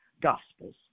Gospels